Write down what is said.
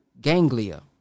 ganglia